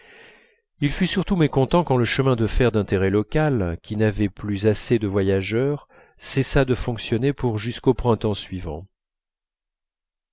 il fut surtout mécontent quand le chemin de fer d'intérêt local qui n'avait plus assez de voyageurs cessa de fonctionner pour jusqu'au printemps suivant